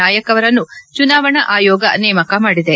ನಾಯಕ್ ಅವರನ್ನು ಚುನಾವಣಾ ಆಯೋಗ ನೇಮಕ ಮಾಡಿದೆ